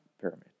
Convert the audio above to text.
pyramid